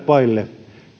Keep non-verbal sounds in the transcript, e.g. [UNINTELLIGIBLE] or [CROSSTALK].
[UNINTELLIGIBLE] vaille